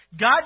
God